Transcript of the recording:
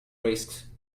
risks